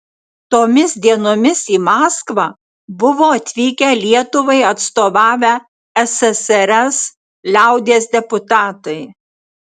tomis dienomis į maskvą buvo atvykę lietuvai atstovavę ssrs liaudies deputatai